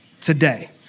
today